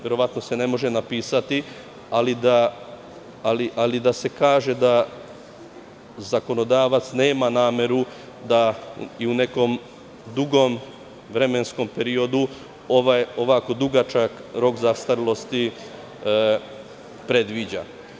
Verovatno se to ne može u zakonu napisati, ali da se kaže da zakonodavac nema nameru da i u nekom dugom vremenskom periodu ovako dugačak rok zastarelosti predviđa.